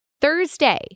Thursday